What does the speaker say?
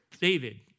David